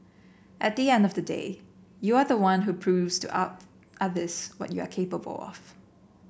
at the end of the day you are the one who proves to others what you are capable of